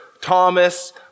Thomas